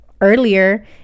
earlier